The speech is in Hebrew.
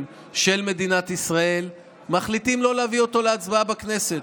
של מדינת ישראל מחליטים לא להביא אותו להצבעה בכנסת,